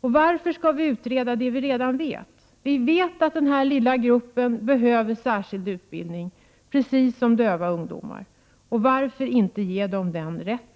Varför måste vi utreda det vi redan vet? Vi vet att denna lilla grupp behöver särskild utbildning, precis som döva ungdomar. Varför då inte ge dem den rätten?